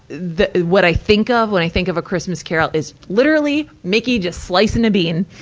the, what i think of when i think of a christmas carol, is literally mickey just slicing the bean.